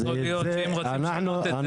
אז יכול להיות שאם רוצים לשנות את זה -- אז אנחנו